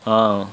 ఆ